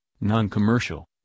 non-commercial